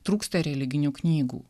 trūksta religinių knygų